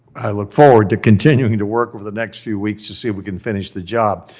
i look forward to continuing to work over the next few weeks to see if we can finish the job.